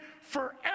forever